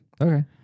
Okay